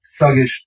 thuggish